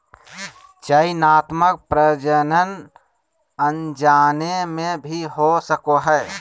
चयनात्मक प्रजनन अनजाने में भी हो सको हइ